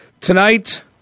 Tonight